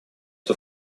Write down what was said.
что